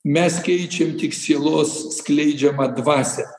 mes keičiam tik sielos skleidžiamą dvasią